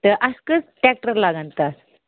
تہٕ اَسہِ کٔژ ٹریٚکٹر لَگَن تتھ